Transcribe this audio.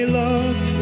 love